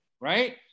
right